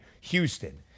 Houston